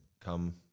come